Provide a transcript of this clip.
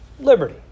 Liberty